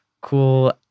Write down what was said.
cool